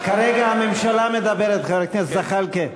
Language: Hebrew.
כרגע הממשלה מדברת, חבר הכנסת זחאלקה.